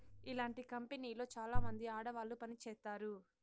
ఇలాంటి కంపెనీలో చాలామంది ఆడవాళ్లు పని చేత్తారు